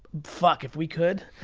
fuck, if we could.